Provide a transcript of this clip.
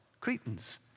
Cretans